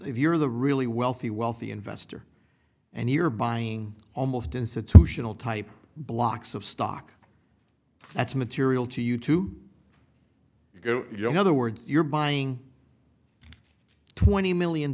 if you're the really wealthy wealthy investor and you're buying almost institutional type blocks of stock that's material to you to go you know other words you're buying twenty million